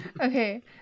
Okay